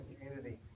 community